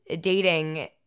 dating